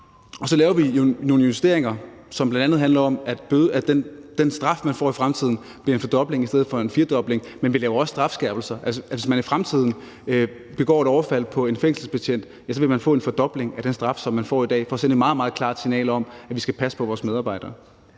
så laver vi nogle justeringer, som bl.a. handler om, at den straf, man får i fremtiden, bliver fordoblet i stedet for firedoblet. Men vi laver også strafskærpelser – hvis man i fremtiden begår et overfald på en fængselsbetjent, vil man få en fordobling af den straf, man får i dag. Det er for at sende et meget, meget klart signal om, at vi skal passe på vores medarbejdere.